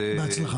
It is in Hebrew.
בהצלחה.